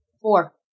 Four